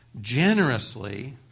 generously